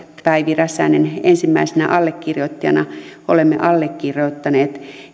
päivi räsänen ensimmäisenä allekirjoittajana olemme allekirjoittaneet